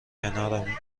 کنارمی